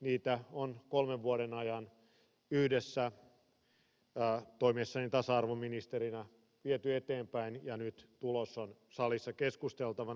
niitä on kolmen vuoden ajan yhdessä toimiessani tasa arvoministerinä viety eteenpäin ja nyt tulos on salissa keskusteltavana